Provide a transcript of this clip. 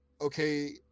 okay